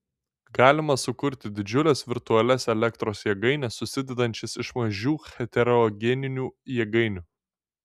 galima sukurti didžiules virtualias elektros jėgaines susidedančias iš mažų heterogeninių jėgainių